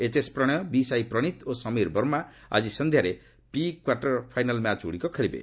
HS Prannoy B Sai Praneeth ଓ ସମୀର ବର୍ମା ଆଜି ସନ୍ଧ୍ୟାରେ ପ୍ରି କ୍ୱାର୍ଟର୍ ଫାଇନାଲ୍ ମ୍ୟାଚ୍ଗୁଡ଼ିକ ଖେଳିବେ